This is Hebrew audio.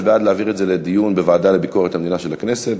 זה בעד להעביר את הנושא לדיון בוועדה לביקורת המדינה של הכנסת,